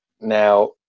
Now